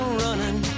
running